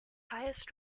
highest